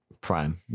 Prime